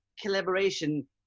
collaboration